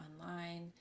online